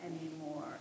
anymore